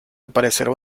aparecerá